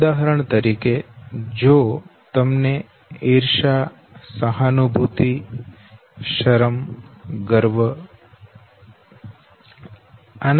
ઉદાહરણ તરીકે જો તમને ઈર્ષ્યા સહાનુભૂતિ મૂંઝવણ ગર્વ શરમ